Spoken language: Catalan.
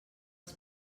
els